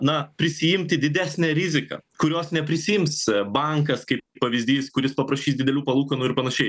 na prisiimti didesnę riziką kurios neprisiims bankas kaip pavyzdys kuris paprašys didelių palūkanų ir panašiai